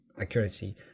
accuracy